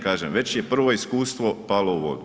Kažem već je prvo iskustvo palo u vodu.